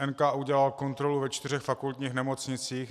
NKÚ udělal kontrolu ve čtyřech fakultních nemocnicích.